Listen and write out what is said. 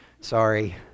sorry